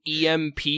EMP